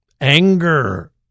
anger